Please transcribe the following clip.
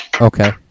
Okay